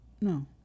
No